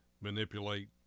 manipulate